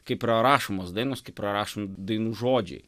kaip yra rašomos dainos kaip yra rašomi dainų žodžiai